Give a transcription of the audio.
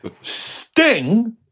Sting